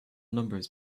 numbers